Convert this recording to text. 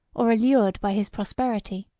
or allured by his prosperity.